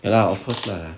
ya lah of course lah